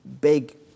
big